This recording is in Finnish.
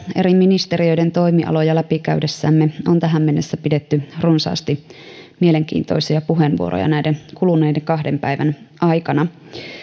eri ministeriöiden toimialoja läpikäydessämme on tähän mennessä pidetty runsaasti mielenkiintoisia puheenvuoroja näiden kuluneiden kahden päivän aikana